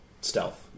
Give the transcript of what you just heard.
stealth